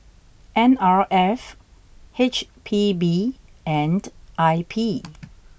N R F H P B and I P